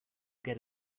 get